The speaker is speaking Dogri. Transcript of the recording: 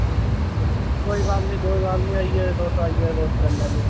कोई गल्ल निं कोई गल्ल निं आई जाओ तुस आई जाओ तुस करी लैगे